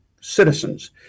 citizens